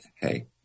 hey